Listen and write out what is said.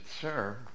sir